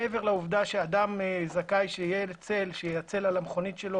מעבר לעובדה שאדם זכאי שיהיה צל שיצל על המכונית שלו